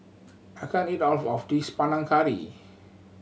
I can't eat all of this Panang Curry